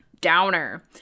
Downer